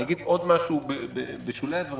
אני אגיד עוד משהו בשולי הדברים.